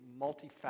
multifaceted